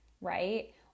right